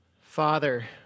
Father